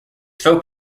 folk